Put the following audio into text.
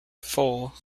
full